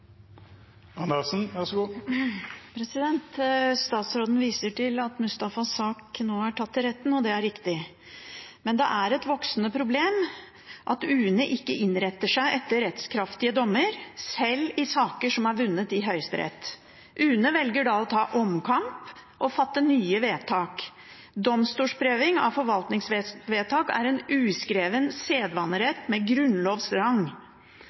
Statsråden viser til at Mustafas sak nå er tatt til retten, og det er riktig. Men det er et voksende problem at UNE ikke innretter seg etter rettskraftige dommer, selv i saker som er vunnet i Høyesterett. UNE velger da å ta omkamp og fatte nye vedtak. Domstolsprøving av forvaltningsvedtak er en uskreven sedvanerett med